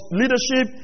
leadership